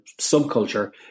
subculture